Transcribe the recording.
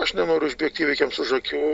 aš nenoriu užbėgt įvykiams už akių